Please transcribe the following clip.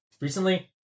recently